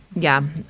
yeah.